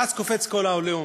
ואז קופץ כל העליהום,